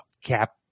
cap